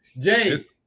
James